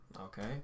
Okay